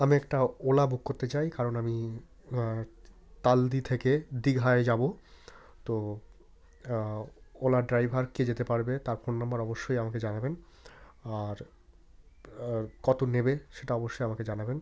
আমি একটা ওলা বুক করতে চাই কারণ আমি তালদি থেকে দীঘায় যাবো তো ওলার ড্রাইভার কে যেতে পারবে তার ফোন নাম্বার অবশ্যই আমাকে জানাবেন আর আর কতো নেবে সেটা অবশ্যই আমাকে জানাবেন